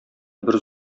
бер